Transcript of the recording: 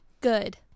Good